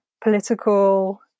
political